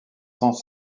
sans